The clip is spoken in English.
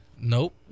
Nope